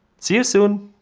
see you soon.